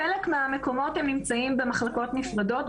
בחלק מהמקומות הם נמצאים במחלקות נפרדות.